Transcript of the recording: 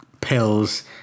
pills